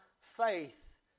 faith